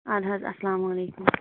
اَہَن حظ اسلامُ علیکُم